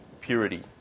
purity